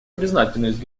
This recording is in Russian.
признательность